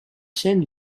chaîne